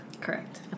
Correct